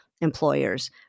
employers